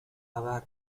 خبر